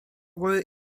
góry